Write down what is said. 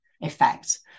effect